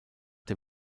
der